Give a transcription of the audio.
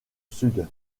sud